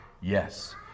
Yes